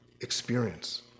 experience